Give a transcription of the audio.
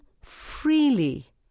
freely